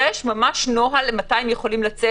יש נוהל מסודר מתי הם יכולים לצאת.